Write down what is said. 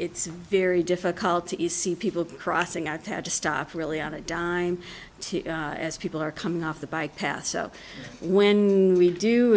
it's very difficult to see people crossing out had to stop really on a dime as people are coming off the bike path so when we do